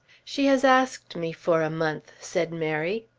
she has asked me for a month, said mary.